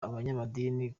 abanyamadini